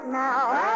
now